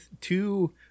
two